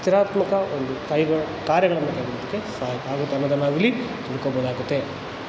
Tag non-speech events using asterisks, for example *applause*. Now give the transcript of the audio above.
ಸ್ಥಿರಾತ್ಮಕ ಒಂದು *unintelligible* ಕಾರ್ಯಗಳನ್ನು ತಗೊಳೋದಕ್ಕೆ ಸಹಾಯಕ ಆಗುತ್ತೆ ಅನ್ನೋದನ್ನು ನಾವಿಲ್ಲಿ ತಿಳ್ಕೊಬೋದಾಗತ್ತೆ